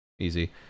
easy